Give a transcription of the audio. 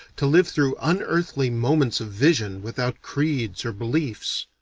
to live through unearthly moments of vision without creeds or beliefs.